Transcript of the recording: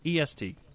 EST